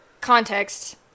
context